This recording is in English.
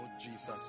Jesus